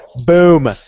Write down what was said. Boom